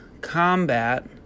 combat